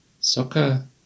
soccer